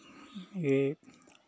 ये